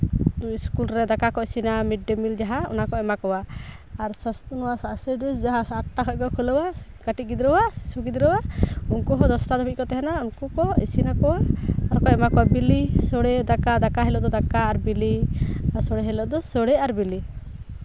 school ᱨᱮ ᱫᱟᱠᱟ ᱠᱚ ᱤᱥᱤᱱᱟ ᱢᱤᱰᱼᱰᱮᱼᱢᱤᱞ ᱡᱟᱦᱟᱸ ᱚᱱᱟᱠᱚ ᱮᱢᱟ ᱠᱚᱣᱟ ᱟᱨ ᱥᱟᱥᱛᱷᱚ ᱱᱚᱣᱟ ᱟᱭ ᱥᱤ ᱰᱤ ᱮᱥ ᱡᱟᱦᱟᱸ ᱟᱴᱴᱟ ᱠᱷᱚᱱ ᱠᱚ ᱠᱷᱩᱞᱟᱹᱣᱟ ᱠᱟᱹᱴᱤᱡ ᱜᱤᱫᱽᱨᱟᱹᱣᱟᱜ ᱥᱤᱥᱩ ᱜᱤᱫᱽᱨᱟᱹᱣᱟᱜ ᱩᱱᱠᱩ ᱦᱚᱸ ᱫᱚᱥᱴᱟ ᱫᱷᱟᱹᱵᱤᱡ ᱠᱚ ᱛᱟᱦᱮᱱᱟ ᱩᱱᱠᱩ ᱠᱚ ᱤᱥᱤᱱ ᱟᱠᱚᱣᱟ ᱟᱨᱠᱚ ᱮᱢᱟ ᱠᱚᱣᱟ ᱵᱤᱞᱤ ᱥᱳᱲᱮ ᱫᱟᱠᱟ ᱫᱟᱠᱟ ᱦᱤᱞᱳᱜ ᱫᱚ ᱫᱟᱠᱟ ᱟᱨ ᱵᱤᱞᱤ ᱥᱳᱲᱮ ᱦᱤᱞᱳᱜ ᱫᱚ ᱥᱳᱲᱮ ᱟᱨ ᱵᱤᱞᱤ